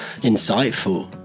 insightful